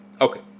Okay